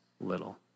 little